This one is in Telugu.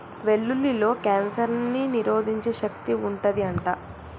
వెల్లుల్లిలో కాన్సర్ ని నిరోధించే శక్తి వుంటది అంట